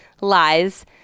lies